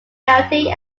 county